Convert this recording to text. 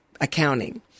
accounting